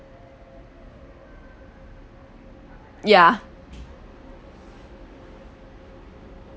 ya